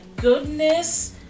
goodness